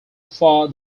far